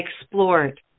explored